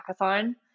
hackathon